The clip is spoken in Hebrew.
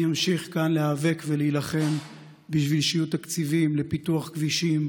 אני אמשיך כאן להיאבק ולהילחם כדי שיהיו תקציבים לפיתוח כבישים,